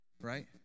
Right